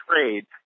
trade